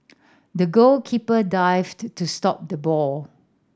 the goalkeeper dived to stop the ball